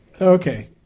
Okay